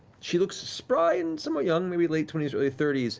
she looks spry and somewhat young, maybe late twenty s early thirty s,